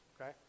okay